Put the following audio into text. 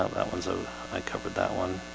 um that one's oh i covered that one